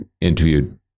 interviewed